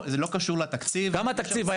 זה לא קשור לתקציב --- כמה תקציב היה